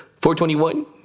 421